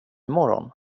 morgon